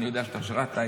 אני יודע שאתה שירתָּ,